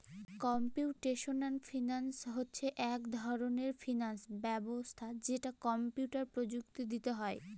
computational finance হচ্ছে এক ধরনের ফিনান্স ব্যবস্থা যেটা কম্পিউটার প্রযুক্তি দিয়ে হয়